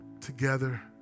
together